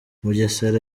mugesera